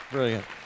Brilliant